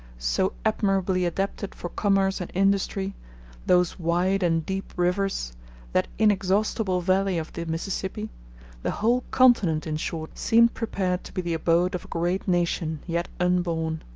so admirably adapted for commerce and industry those wide and deep rivers that inexhaustible valley of the mississippi the whole continent, in short, seemed prepared to be the abode of a great nation, yet unborn.